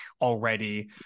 already